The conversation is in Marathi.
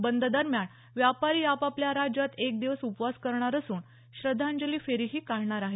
बंद दरम्यान व्यापारी आपापल्या राज्यात एक दिवस उपवास करणार असून श्रद्धांजली फेरीही काढणार आहेत